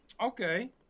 okay